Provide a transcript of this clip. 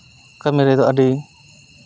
ᱠᱟᱹᱢᱤ ᱨᱮᱫᱚ ᱟᱹᱰᱤ